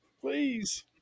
please